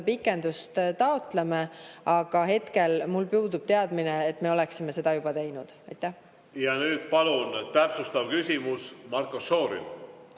pikendust taotleme, aga hetkel mul puudub teadmine, et me oleme seda juba teinud. Ja nüüd palun täpsustav küsimus, Marko Šorin!